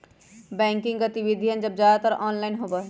banking गतिविधियन अब ज्यादातर ऑनलाइन होबा हई